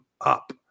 up